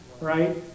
Right